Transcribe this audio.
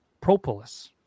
propolis